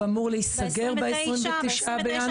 הוא אמור להיסגר ב-29 בינואר?